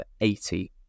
80